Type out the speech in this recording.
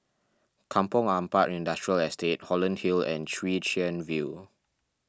Kampong Ampat Industrial Estate Holland Hill and Chwee Chian View